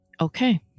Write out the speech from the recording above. Okay